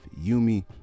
yumi